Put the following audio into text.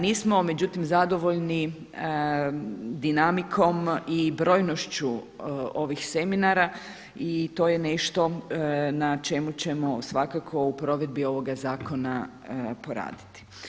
Nismo međutim zadovoljni dinamikom i brojnošću ovih seminara i to je nešto na čemu ćemo svakako u provedbi ovoga zakona poraditi.